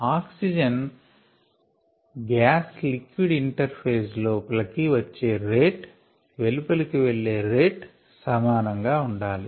oxygen gas liquid interface లోపలి కి వచ్చే రేట్ వెలుపలికి వెళ్లే రేట్ సమానం గా ఉండాలి